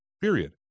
period